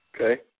Okay